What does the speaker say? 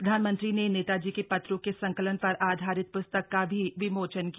प्रधानमंत्री ने नेताजी के ेत्रों के संकलन ेर आधारित ुस्तक का भी विमोचन किया